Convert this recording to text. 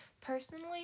personally